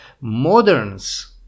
Moderns